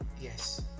Yes